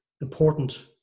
important